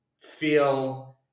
feel